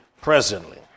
presently